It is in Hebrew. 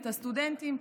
את הסטודנטים,